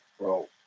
bro